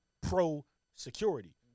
pro-security